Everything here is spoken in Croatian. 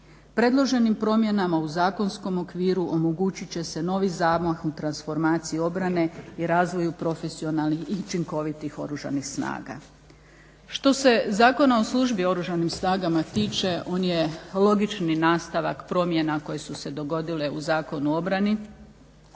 Predloženim promjenama u zakonskom okviru omogućit će se novi zamah u transformaciju obrane i razvoju profesionalnih i učinkovitih oružanih snaga. Što se Zakona o službi u oružanim snagama tiče, on je logični nastavak promjena koje su se dogodile u Zakonu o obrani.